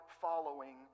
following